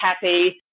happy